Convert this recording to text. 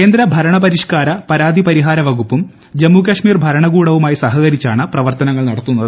കേന്ദ്ര ഭരണ പരിഷ്കാര പരാതി പരിഹാര വകുപ്പും ജമ്മു കാശ്മീർ ഭരണകൂടവുമായി സഹകരിച്ചാണ് പ്രവർത്തനങ്ങൾ നടത്തുന്നത്